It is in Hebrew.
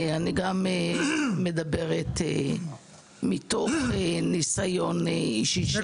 אני מדברת גם מתוך ניסיון אישי שלי.